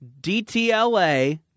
DTLA